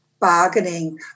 bargaining